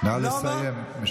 נא לסיים.